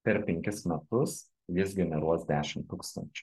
per penkis metus jis generuos dešim tūkstančių